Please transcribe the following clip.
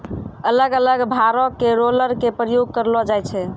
अलग अलग भारो के रोलर के प्रयोग करलो जाय छै